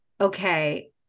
okay